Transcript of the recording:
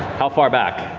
how far back?